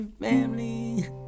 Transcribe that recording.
family